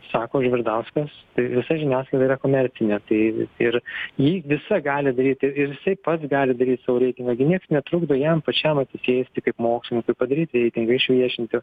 sako žvirdauskas tai visa žiniasklaida yra komercinė tai ir ji visa gali daryti ir jisai pats gali daryt savo reitingą gi nieks netrukdo jam pačiam atsisėsti kaip mokslininkui padaryti reitingą išviešinti